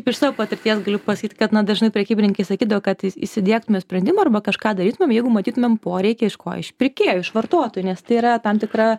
iš savo patirties galiu pasakyt kad na dažnai prekybininkei sakydavo kad įsidiegtume sprendimą arba kažką darytumėm jeigu matytumėm poreikį iš ko iš pirkėjų iš vartotojų nes tai yra tam tikra